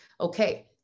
Okay